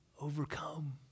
overcome